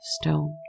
stone